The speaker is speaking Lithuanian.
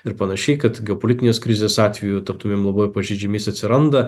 ir panašiai kad geopolitinės krizės atveju taptumėm labai pažeidžiami jis atsiranda